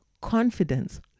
Confidence